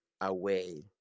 away